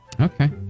Okay